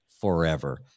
forever